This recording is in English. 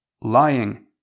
lying